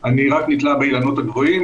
אני רק נתלה באילנות גבוהים,